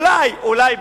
אולי אולי,